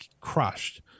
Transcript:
crushed